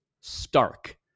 stark